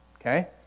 Okay